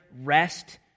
rest